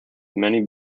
many